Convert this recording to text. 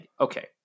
Okay